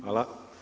Hvala.